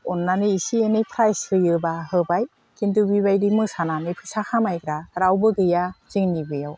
अननानै एसे एनै प्रइज होयोब्ला होबाय खिन्थु बिबायदि मोसानानै फैसा खामायग्रा रावबो गैया जोंनि बेयाव